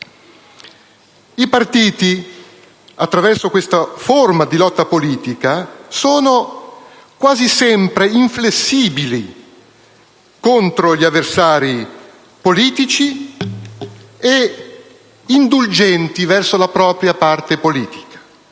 I partiti, attraverso questa forma di lotta politica, sono quasi sempre inflessibili nei confronti degli avversari politici e indulgenti verso la propria parte politica.